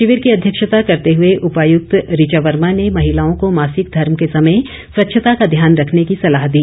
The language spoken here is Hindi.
शिविर की अध्यक्षता करते हुए उपायुक्त ऋचा वर्मा ने महिलाओं को मासिक धर्म के समय स्वच्छता का ध्यान रखने की सलाह दी